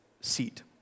seat